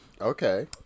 Okay